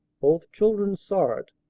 both children saw it,